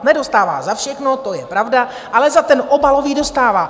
Nedostává za všechno, to je pravda, ale za ten obalový dostává.